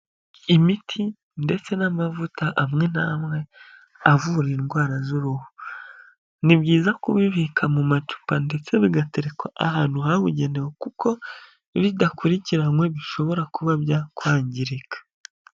Imiti ndetse n'amavuta amwe n'amwe avura indwara z'uruhu. Ni byiza kubibika mu macupa ndetse bigaterakwa ahantu habugenewe kuko bidakurikiranywe bishobora kuba byakwangirika.